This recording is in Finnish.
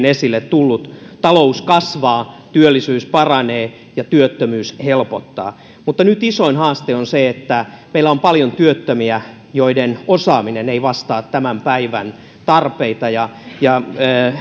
esille tullut talous kasvaa työllisyys paranee ja työttömyys helpottaa mutta nyt isoin haaste on nyt se että meillä on paljon työttömiä joiden osaaminen ei vastaa tämän päivän tarpeita ja ja